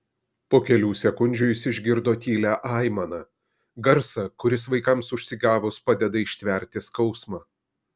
po kelių sekundžių jis išgirdo tylią aimaną garsą kuris vaikams užsigavus padeda ištverti skausmą